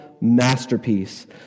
masterpiece